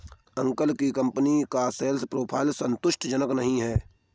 uncle की company का sales profile संतुष्टिजनक नही है